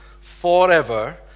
forever